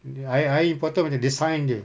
I I important macam dia sign dia